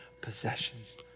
possessions